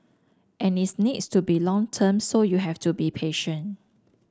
and it's needs to be long term so you have to be patient